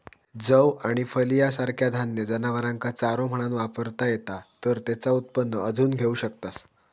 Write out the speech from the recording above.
जौ आणि फलिया सारखा धान्य जनावरांका चारो म्हणान वापरता येता तर तेचा उत्पन्न अजून घेऊ शकतास